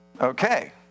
Okay